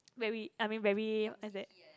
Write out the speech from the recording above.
very I mean very what's that